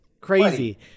crazy